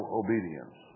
obedience